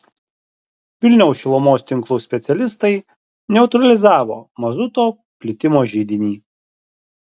vilniaus šilumos tinklų specialistai neutralizavo mazuto plitimo židinį